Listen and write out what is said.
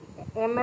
err ya I did